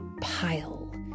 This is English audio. pile